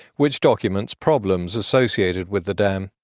which documents problems associated with the dam.